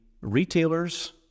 retailers